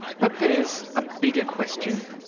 but there's a bigger question.